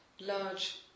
large